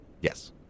Yes